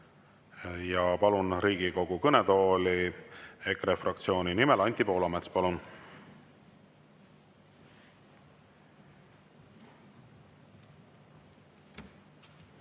ja palun Riigikogu kõnetooli EKRE fraktsiooni nimel Anti Poolametsa. Palun!